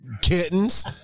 kittens